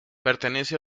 pertenece